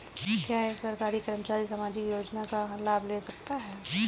क्या एक सरकारी कर्मचारी सामाजिक योजना का लाभ ले सकता है?